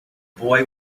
boy